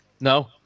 no